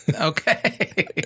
Okay